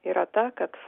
yra ta kad